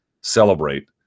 celebrate